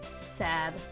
Sad